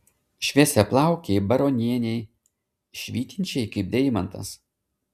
šviesiaplaukei baronienei švytinčiai kaip deimantas